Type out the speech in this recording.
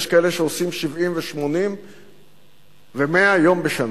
יש כאלה שעושים 70 ו-80 ו-100 יום בשנה.